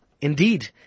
indeed